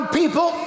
people